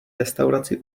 restauraci